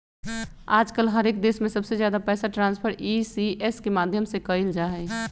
आजकल हर एक देश में सबसे ज्यादा पैसा ट्रान्स्फर ई.सी.एस के माध्यम से कइल जाहई